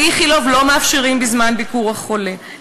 באיכילוב לא מאפשרים בזמן ביקור החולה,